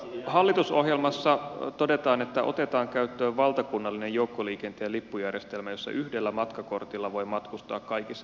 hallitusohjelmassa todetaan että otetaan käyttöön valtakunnallinen joukkoliikenteen lippujärjestelmä jossa yhdellä matkakortilla voi matkustaa kaikissa joukkoliikennevälineissä